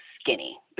skinny